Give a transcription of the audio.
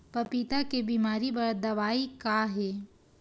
पपीता के बीमारी बर दवाई का हे?